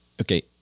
Okay